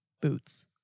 boots